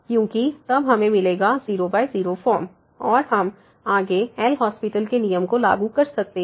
क्योंकि तब हमें मिलेगा 00 फॉर्म और हम आगे एल हास्पिटल LHospital के नियम को लागू कर सकते हैं